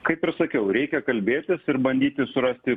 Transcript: kaip ir sakiau reikia kalbėtis ir bandyti surasti